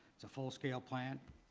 is a full-scale plant.